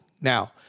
Now